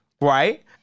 right